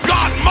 God